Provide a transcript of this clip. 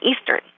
Eastern